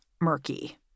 Murky